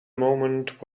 moment